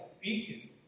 beacon